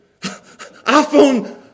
iPhone